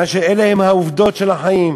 אלא בגלל שאלה הן העובדות של החיים.